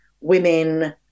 women